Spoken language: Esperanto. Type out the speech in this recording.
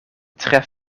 tre